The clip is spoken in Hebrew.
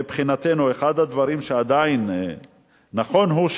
מבחינתנו אחד הדברים שעדיין נכון הוא,